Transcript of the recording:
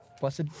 blessed